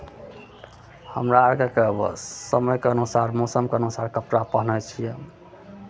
हमरा आरके बस समयके अनुसार मौसमके अनुसार कपड़ा पहनै छियै